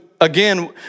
again